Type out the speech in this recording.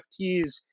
NFTs